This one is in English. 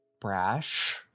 brash